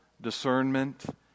discernment